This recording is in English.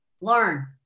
Learn